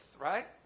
right